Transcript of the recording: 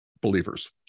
believers